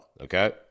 okay